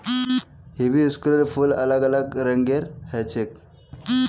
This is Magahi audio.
हिबिस्कुसेर फूल अलग अलग रंगेर ह छेक